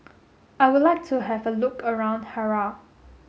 I would like to have a look around Harare